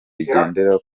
igendera